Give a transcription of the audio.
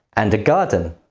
and a garden.